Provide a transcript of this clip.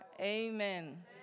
Amen